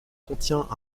contient